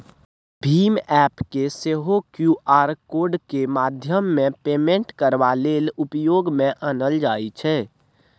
भीम app केँ सेहो Q R कोडक माध्यमेँ पेमेन्ट करबा लेल उपयोग मे आनल जाइ छै